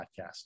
podcast